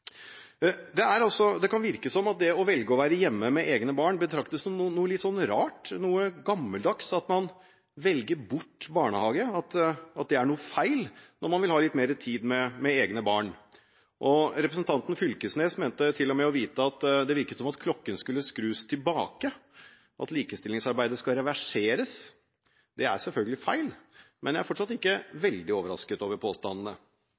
Det kan virke som om det å velge å være hjemme med egne barn betraktes som litt rart, at det er noe gammeldags at man velger bort barnehage – at noe er feil når man vil ha litt mer tid med egne barn. Representanten Knag Fylkesnes mente til og med at det virket som om klokken skulle skrus tilbake, at likestillingsarbeidet skulle reverseres. Det er selvfølgelig feil, men jeg er fortsatt ikke veldig overrasket over påstandene.